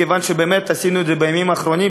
מכיוון שבאמת עשינו את זה בימים האחרונים,